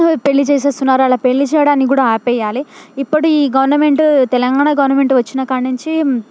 పెళ్ళి చేసేస్తున్నారు అలా పెళ్ళి చేయడాన్ని కూడా ఆపేయాలి ఇప్పటి ఈ గవర్నమెంటూ తెలంగాణ గవర్నమెంటు వచ్చిన కాన్నుంచి